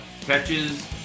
Catches